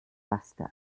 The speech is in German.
fasste